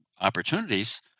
opportunities